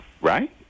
right